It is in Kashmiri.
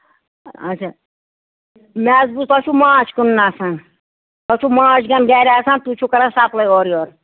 اَچھا مےٚ حظ بوٗز تۄہہِ چھُو ماچھ کٔنُن آسان تۄہہِ چھُو ماچھ گَنہٕ گرِ آسان تُہۍ چھِو کران سَپَلاے اورٕ یور